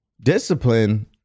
Discipline